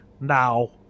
now